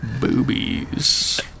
Boobies